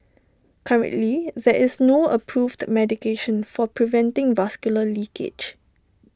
currently there is no approved medication for preventing vascular leakage